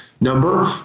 number